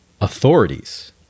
authorities